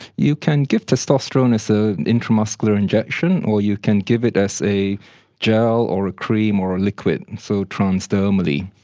you can give testosterone as an intramuscular injection or you can give it as a gel or a cream or a liquid, and so transdermally.